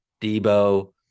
Debo